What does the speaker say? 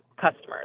customers